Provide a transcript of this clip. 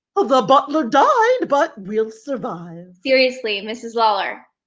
the butler died but we'll survive. seriously, mrs. lawler,